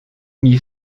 mit